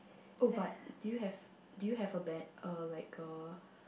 oh but do you have do you have a bed uh like a